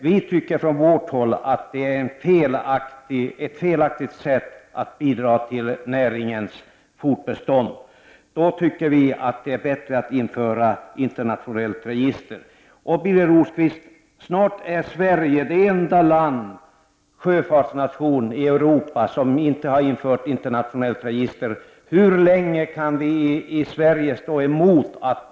Vi från folkpartiet anser att detta är ett felaktigt sätt att bidra till näringens fortbestånd. Då är det bättre att införa ett internationellt register. Snart är Sverige den enda sjöfartsnation i Europa som inte har infört ett internationellt register. Hur länge kan vi i Sverige stå emot?